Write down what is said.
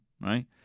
right